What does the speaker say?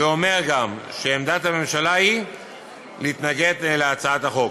ואומר גם שעמדת הממשלה היא להתנגד להצעת החוק.